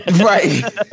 Right